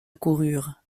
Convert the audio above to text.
accoururent